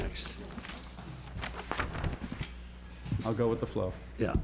next i'll go with the flow yeah